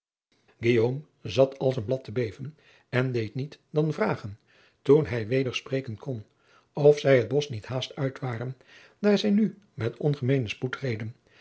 zat als een blad te beven en deed niet driaan oosjes zn et leven van aurits ijnslager dan vragen toen hij weder spreken kon of zij het bosch niet haast uit waren daar zij nu met ongemeenen spoed